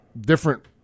different